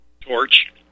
torch